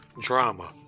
Drama